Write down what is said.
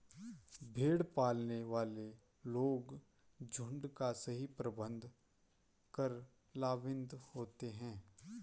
भेड़ पालने वाले लोग झुंड का सही प्रबंधन कर लाभान्वित होते हैं